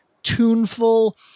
tuneful